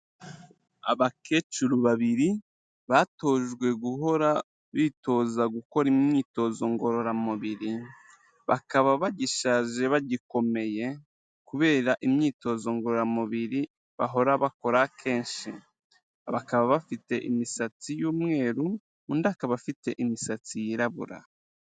Abakecuru babiri batojwe guhora bitoza gukora imyitozo ngororamubiri, bakaba bagishaje bagikomeye kubera imyitozo ngororamubiri bahora bakora kenshi, bakaba bafite imisatsi y'umweru, undi akaba afite imisatsi yirabura.